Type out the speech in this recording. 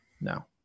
No